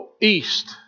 east